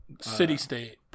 city-state